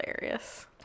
hilarious